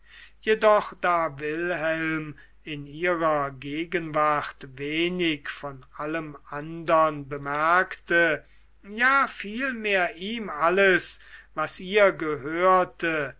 jedoch da wilhelm in ihrer gegenwart wenig von allem andern bemerkte ja vielmehr ihm alles was ihr gehörte